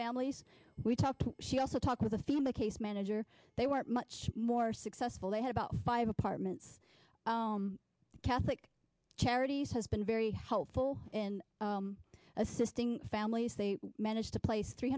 families we talked to she also talked with a theme the case manager they were much more successful they had about five apartments catholic charities has been very helpful in assisting families they managed to place three